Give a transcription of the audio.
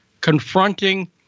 confronting